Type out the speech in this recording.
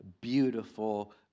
beautiful